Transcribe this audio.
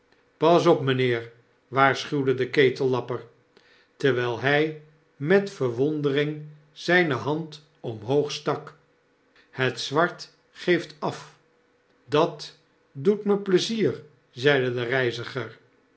pas op mynheer waarschuwde de ketellapper terwijl hy met verwondering zyne hand omhoog stak het zwart geeft af dat doet me pleizier zeide de reiziger